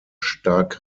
stark